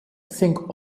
think